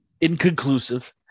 inconclusive